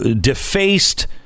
defaced